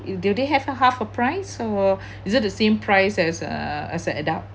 do they have half a price or is it the same price as a as a adult